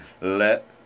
let